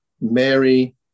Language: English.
Mary